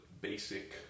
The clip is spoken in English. basic